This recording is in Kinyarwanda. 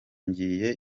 ngiye